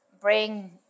bring